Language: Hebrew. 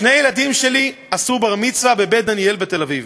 שני ילדים שלי עשו בר-מצווה ב"בית דניאל" בתל-אביב.